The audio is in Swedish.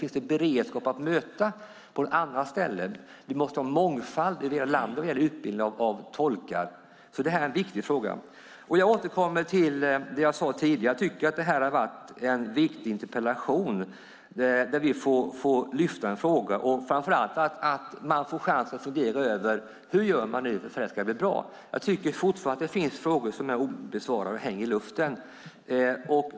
Finns det beredskap att möta det på andra ställen? Vi måste ha mångfald i detta land när det gäller utbildning av tolkar. Det är en viktig fråga. Jag återkommer till det jag sade tidigare. Jag tycker att det har varit en viktig interpellation. Vi får lyfta upp en fråga, och framför allt får man chansen att fundera över hur man nu ska göra för att det ska bli bra. Jag tycker fortfarande att det finns frågor som är obesvarade och hänger i luften.